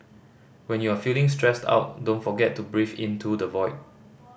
when you are feeling stressed out don't forget to breathe into the void